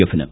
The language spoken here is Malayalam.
എഫിനും